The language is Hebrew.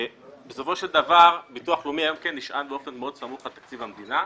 בסופו של דבר ביטוח לאומי נשען באופן מאוד סמוך על תקציב המדינה,